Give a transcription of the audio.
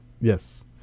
Yes